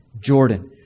Jordan